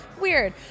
weird